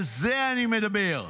על זה אני מדבר.